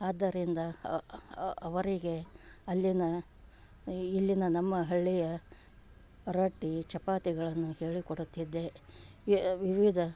ಆದ್ದರಿಂದ ಅವರಿಗೆ ಅಲ್ಲಿನ ಇಲ್ಲಿನ ನಮ್ಮ ಹಳ್ಳಿಯ ರೊಟ್ಟಿ ಚಪಾತಿಗಳನ್ನು ಹೇಳಿ ಕೊಡುತ್ತಿದ್ದೆ ಯ ವಿವಿಧ